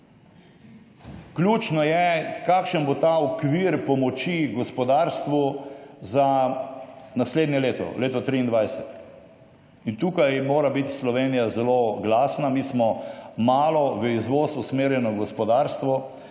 Ključno je kakšen bo ta okvir pomoči gospodarstvu za naslednje leto leto 23 in tukaj mora biti Slovenija zelo glasna. Mi smo malo v izvoz usmerjeno gospodarstvo